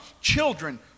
children